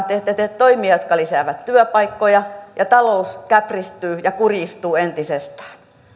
te ette tee toimia jotka lisäävät työpaikkoja ja talous käpristyy ja kurjistuu entisestään